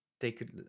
take